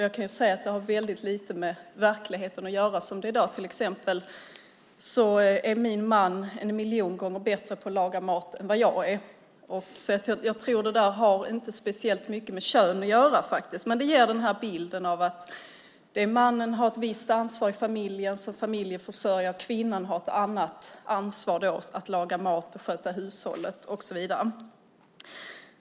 Jag kan säga att det har väldigt lite med verkligheten att göra. Min man är till exempel en miljon gånger bättre på att laga mat än vad jag är. Jag tror att det där inte har speciellt mycket med kön att göra. Men det ger bilden av att mannen har ett visst ansvar i familjen som familjeförsörjare och kvinnan har ett annat ansvar, att laga mat, sköta hushållet och så vidare.